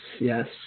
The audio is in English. Yes